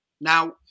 Now